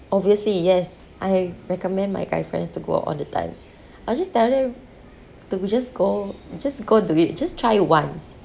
obviously yes I recommend my guy friends to go all the time I just tell them to just go just go do it just try once